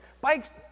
Bikes